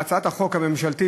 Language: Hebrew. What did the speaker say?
על הצעת החוק הממשלתית,